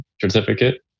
certificate